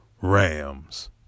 Rams